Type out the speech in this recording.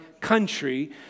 country